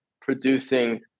producing